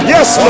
Yes